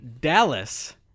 Dallas